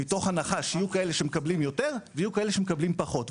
מתוך הנחה שיהיו כאלה שמקבלים יותר ויהיו כאלה שמקבלים פחות.